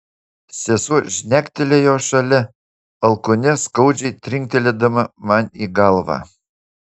sesuo žnektelėjo šalia alkūne skaudžiai trinktelėdama man į galvą